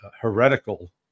heretical